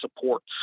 supports